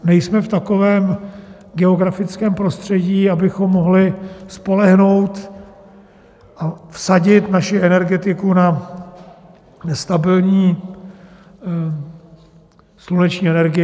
Nejsme v takovém geografickém prostředí, abychom se mohli spolehnout a vsadit naši energetiku na stabilní sluneční energii.